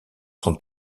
sont